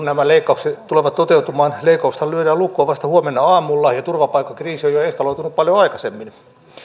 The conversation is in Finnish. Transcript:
nämä leikkaukset tulevat toteutumaan leikkauksethan lyödään lukkoon vasta huomenna aamulla ja turvapaikkakriisi on jo eskaloitunut paljon aikaisemmin